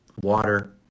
water